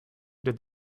did